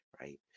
right